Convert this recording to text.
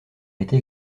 été